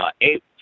eight